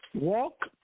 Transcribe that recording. Walk